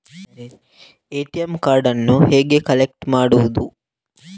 ATM ಕಾರ್ಡನ್ನು ಹೇಗೆ collect ಮಾಡುವುದು?